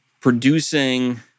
producing